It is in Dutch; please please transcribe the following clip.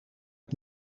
heb